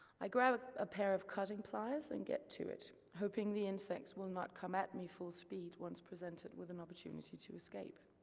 i grab a pair of cutting pliers and get to it, hoping the insects will not come at me full speed once presented with an opportunity to escape.